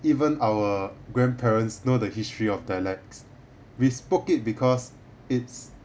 even our grandparents know the history of dialects we spoke it because it's a